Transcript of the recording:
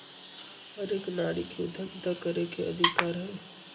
हर एक नारी के उद्यमिता करे के अधिकार हई